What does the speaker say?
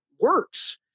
works